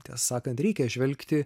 tiesą sakant reikia žvelgti